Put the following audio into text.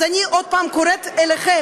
אז אני עוד פעם קוראת לכם,